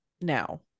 now